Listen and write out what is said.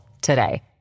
today